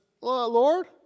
Lord